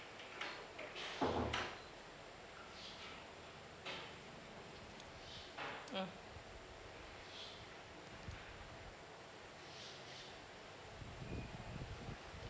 mm